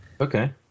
Okay